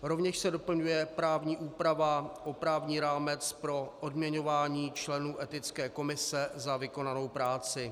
Rovněž se doplňuje právní úprava o právní rámec pro odměňování členů Etické komise za vykonanou práci.